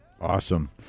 Awesome